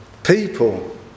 People